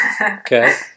Okay